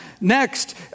Next